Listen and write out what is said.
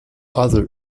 other